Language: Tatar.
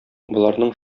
боларның